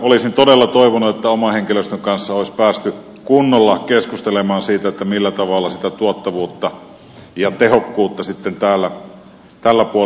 olisin todella toivonut että oman henkilöstön kanssa olisi päästy kunnolla keskustelemaan siitä millä tavalla sitä tuottavuutta ja tehokkuutta sitten tällä puolella haetaan